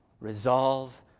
resolve